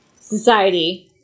Society